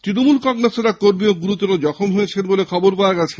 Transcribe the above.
তৃণমূল কংগ্রেসের এক কর্মী গুরুতর আহত হয়েছেন বলে খবর পাওয়া গেছে